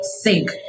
sink